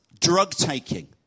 drug-taking